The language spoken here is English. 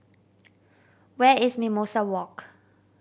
where is Mimosa Walk